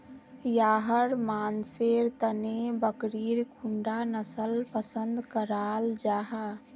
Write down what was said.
याहर मानसेर तने बकरीर कुंडा नसल पसंद कराल जाहा?